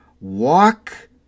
Walk